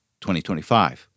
2025